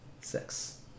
Six